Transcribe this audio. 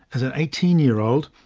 as an eighteen year old,